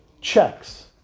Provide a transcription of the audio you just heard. checks